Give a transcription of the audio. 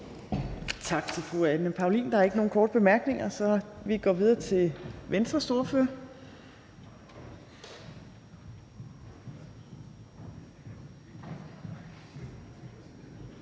Tak til fru Anne Paulin. Der er ikke nogen korte bemærkninger, så vi går videre til Venstres ordfører.